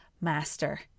master